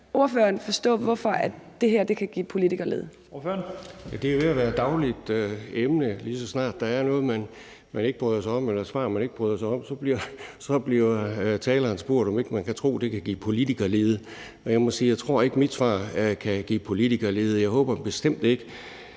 Ordføreren. Kl. 12:10 Preben Bang Henriksen (V): Det er jo ved at være et dagligt emne. Lige så snart der er noget, man ikke bryder sig om, et svar, man ikke bryder sig om, så bliver taleren spurgt, om vedkommende ikke kan tro, at det kan give politikerlede, og jeg må sige, at jeg ikke tror, at mit svar kan give politikerlede. Jeg håber bestemt ikke,